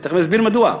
אני תכף אסביר מדוע.